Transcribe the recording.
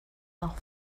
noch